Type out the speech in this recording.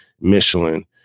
Michelin